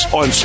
on